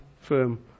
firm